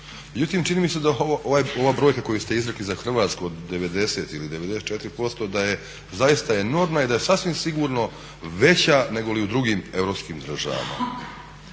Međutim, čini mi se da ova brojka koju ste izrekli za Hrvatsku od 90 ili 94% da je zaista enormna i da je sasvim sigurno veća negoli u drugim europskim državama.